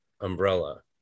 umbrella